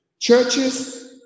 Churches